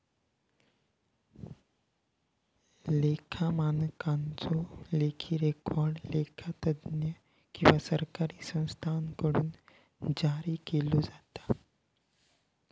लेखा मानकांचो लेखी रेकॉर्ड लेखा तज्ञ किंवा सरकारी संस्थांकडुन जारी केलो जाता